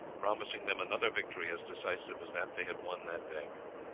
promising them another victory as decisive as that they had won that day.